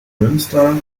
münster